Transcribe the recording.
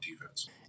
defense